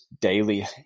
daily